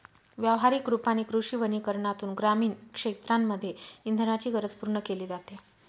व्यवहारिक रूपाने कृषी वनीकरनातून ग्रामीण क्षेत्रांमध्ये इंधनाची गरज पूर्ण केली जाते